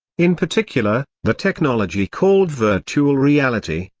in particular, the technology called virtual reality,